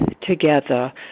together